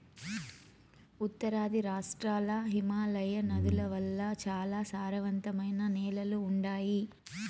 ఉత్తరాది రాష్ట్రాల్ల హిమాలయ నదుల వల్ల చాలా సారవంతమైన నేలలు ఉండాయి